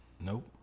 nope